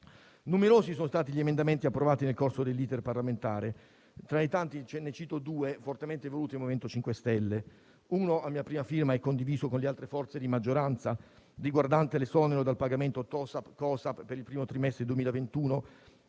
Numerosi sono stati gli emendamenti approvati nel corso dell'*iter* parlamentare, tra i tanti ne cito due fortemente voluti dal MoVimento 5 Stelle. Il primo, a mia prima firma e condiviso con le altre forze di maggioranza, riguarda l'esonero dal pagamento TOSAP/COSAP per il primo trimestre 2021